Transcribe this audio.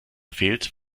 fehlt